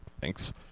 Thanks